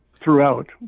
throughout